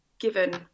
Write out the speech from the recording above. Given